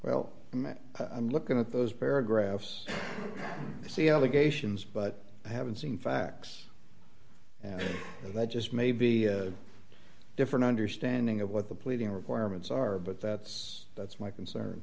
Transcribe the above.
well i'm looking at those paragraphs to see allegations but i haven't seen facts and i just may be a different understanding of what the pleading requirements are but that's that's my concern